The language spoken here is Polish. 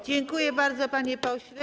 Dziękuję bardzo, panie pośle.